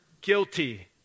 guilty